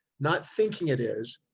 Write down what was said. not thinking it is.